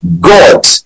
God